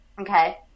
Okay